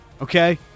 Okay